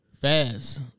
fast